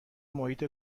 محیط